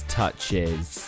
touches